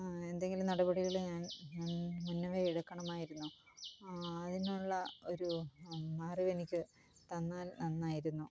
എന്തെങ്കിലും നടപടികൾ ഞാൻ മുന്നവേ എടുക്കണമായിരുന്നോ ആ അതിനുള്ള ഒരു അറിവ് എനിക്ക് തന്നാൽ നന്നായിരുന്നു